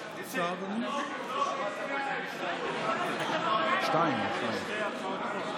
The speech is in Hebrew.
אחת, לא שתיים, לא שלוש,